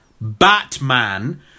Batman